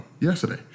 Yesterday